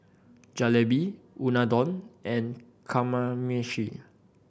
Jalebi Unadon and Kamameshi